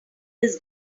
this